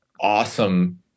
awesome